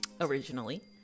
Originally